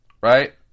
right